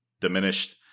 diminished